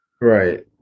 Right